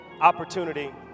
opportunity